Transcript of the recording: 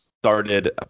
Started